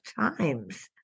times